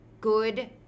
good